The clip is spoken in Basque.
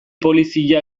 polizia